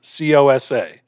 COSA